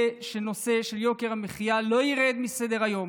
שנושא יוקר המחיה לא ירד מסדר-היום,